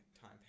time